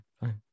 fine